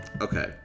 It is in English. Okay